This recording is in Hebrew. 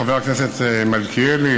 חבר הכנסת מלכיאלי,